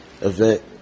event